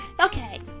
Okay